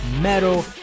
metal